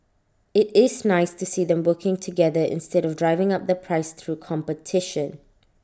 IT is nice to see them working together instead of driving up the price through competition